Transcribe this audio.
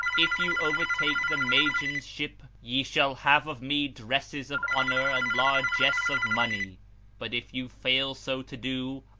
if you overtake the magian's ship, ye shall have of me dresses of honour and largesse of money but if you fail so to do,